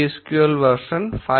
MySQL version 5